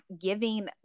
giving